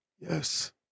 Yes